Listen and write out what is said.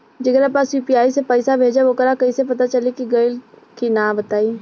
जेकरा पास यू.पी.आई से पईसा भेजब वोकरा कईसे पता चली कि गइल की ना बताई?